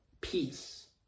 peace